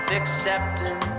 accepting